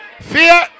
Fear